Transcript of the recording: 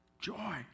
Joy